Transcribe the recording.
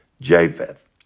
Japheth